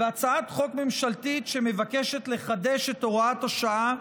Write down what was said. הצעת חוק ממשלתית שמבקשת לחדש את הוראת השעה,